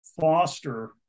foster